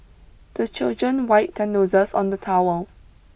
the children wipe their noses on the towel